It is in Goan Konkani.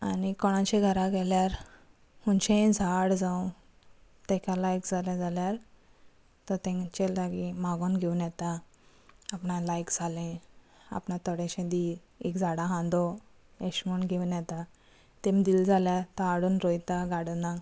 कोण घरा गेल्यार खंयचेय झाड जावं ताका लायक जाले जाल्यार तो तांचे लागीं मागून घेवन येता आपणां लायक जाले आपणा थोडेशें दी एक झाडां खांदो अशें म्हण घेवन येता तेमी दिले जाल्यार तो हाडून रोयता गार्डनाक